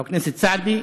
חבר הכנסת סעדי,